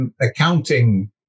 accounting